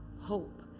hope